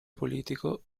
politico